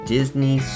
Disney